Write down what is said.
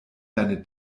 deine